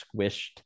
squished